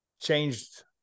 changed